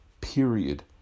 period